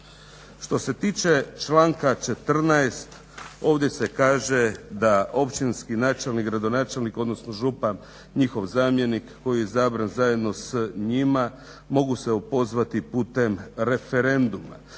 Što se tiče članka 14.ovdje se kaže da općinski načelnik, gradonačelnik odnosno župan njihov zamjenik koji je izabran zajedno s njima mogu se opozvati putem referenduma.